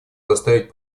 заставить